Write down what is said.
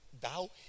Thou